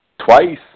Twice